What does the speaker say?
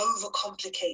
overcomplicate